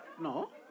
No